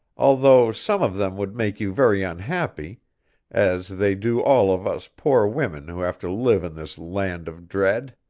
although some of them would make you very unhappy as they do all of us poor women who have to live in this land of dread.